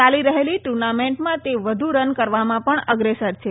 ચાલી રહેલી ટ્રર્નામેન્ટમાં તે વ્ધ રન કરવામાં પણ અગ્રેસર છે